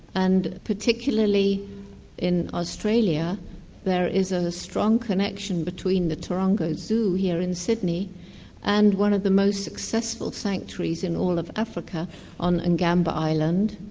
and particularly in australia there is a strong connection between the taronga zoo here in sydney and one of the most successful sanctuaries in all of africa on and ngamba island.